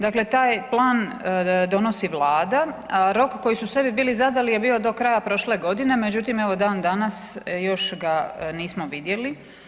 Dakle, taj plan donosi Vlada, rok koji su sebi bili zadali je bio do kraja prošle godine, međutim evo dan danas još ga nismo vidjeli.